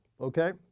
okay